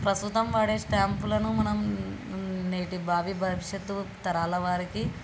ప్రస్తుతం వాడే స్టాంప్లను మనం నేటి భావి భవిష్యత్తు తరాల వారికి